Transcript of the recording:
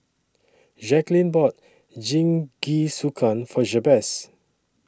Jacquelyn bought Jingisukan For Jabez